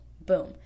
Boom